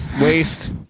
waste